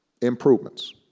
improvements